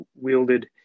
wielded